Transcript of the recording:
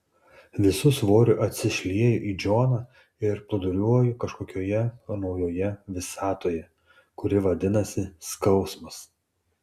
visu svoriu atsišlieju į džoną ir plūduriuoju kažkokioje naujoje visatoje kuri vadinasi skausmas